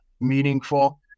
meaningful